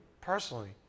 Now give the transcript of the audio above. personally